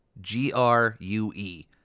G-R-U-E